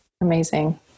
Amazing